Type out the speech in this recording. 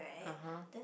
(uh huh)